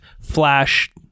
Flash